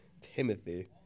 Timothy